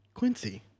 Quincy